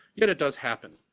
yet it does happen.